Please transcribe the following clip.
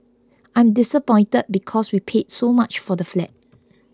I'm disappointed because we paid so much for the flat